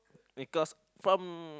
because from